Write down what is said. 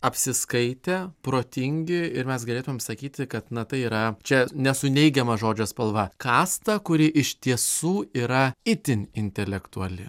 apsiskaitę protingi ir mes galėtumėm sakyti kad na tai yra čia ne su neigiama žodžio spalva kasta kuri iš tiesų yra itin intelektuali